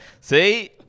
see